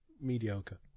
mediocre